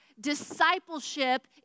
Discipleship